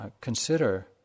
consider